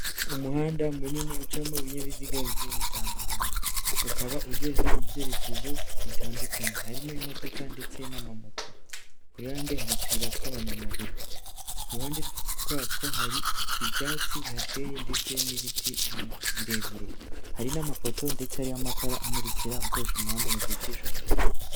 Umuhanda munini ucamo ibinyabiziga bijye bitandukanye, ukaba ugenda mu byerekezo bitandukanye, harimo imodoka ndetse n'amamoto kurande, hari utuyira tw'abanyamaguru, iruhande rwatwo hari ibyatsi bihateye ndetse n'ibiti bikiri birebire, hari n'amapoto ndetse ari amatara amurikira abakoresha umuhanda mu gihe cy'ijoro.